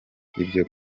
ibyo